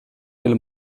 del